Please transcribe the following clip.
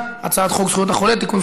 הצעת חוק זכויות החולה (תיקון,